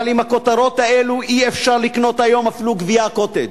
אבל עם הכותרות האלה אי-אפשר לקנות היום אפילו גביע "קוטג'".